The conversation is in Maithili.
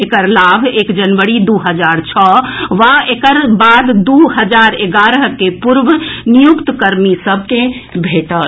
एकर लाभ एक जनवरी दू हजार छओ वा एकर बाद दू हजार एगारह के पूर्व नियुक्त कर्मी सभ के भेटत